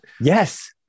Yes